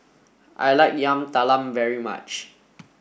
I like Yam Talam very much